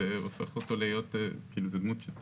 זה דמות,